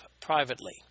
privately